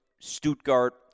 Stuttgart